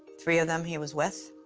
three of them, he was with.